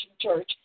Church